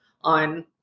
on